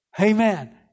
Amen